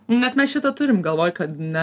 nes mes šitą turim galvoj kad ne